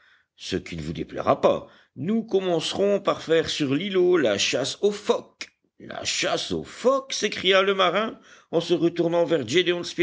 ce qui ne vous déplaira pas nous commencerons par faire sur l'îlot la chasse aux phoques la chasse aux phoques s'écria le marin en se retournant vers